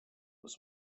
was